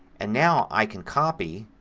and now i can copy,